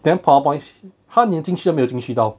then powerpoint she 他连进去都没有进去到